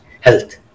health